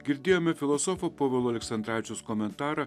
girdėjome filosofo povilo aleksandravičiaus komentarą